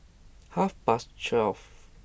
half past twelve